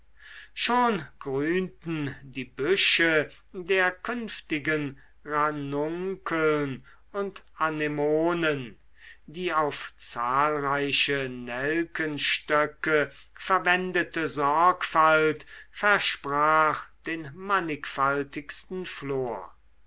schon grünten die büsche der künftigen ranunkeln und anemonen die auf zahlreiche nelkenstöcke verwendete sorgfalt versprach den mannigfaltigsten flor